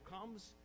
comes